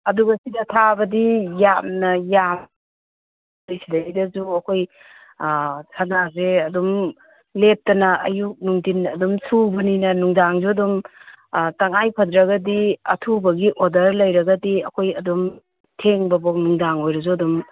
ꯑꯗꯨꯒ ꯁꯤꯗ ꯊꯥꯕꯗꯤ ꯌꯥꯝꯅ ꯁꯤꯗꯩꯗꯁꯨ ꯑꯩꯈꯣꯏ ꯁꯅꯥꯁꯦ ꯑꯗꯨꯝ ꯂꯦꯞꯇꯅ ꯑꯌꯨꯛ ꯅꯨꯡꯗꯤꯟ ꯑꯗꯨꯝ ꯁꯨꯕꯅꯤꯅ ꯅꯨꯡꯗꯥꯡꯁꯨ ꯑꯗꯨꯝ ꯇꯉꯥꯏ ꯐꯗ꯭ꯔꯒꯗꯤ ꯑꯊꯨꯕꯒꯤ ꯑꯣꯗꯔ ꯂꯩꯔꯒꯗꯤ ꯑꯩꯈꯣꯏ ꯑꯗꯨꯝ ꯊꯦꯡꯕꯕꯥꯎ ꯅꯨꯡꯗꯥꯡ ꯑꯣꯏꯔꯁꯨ ꯑꯗꯨꯝ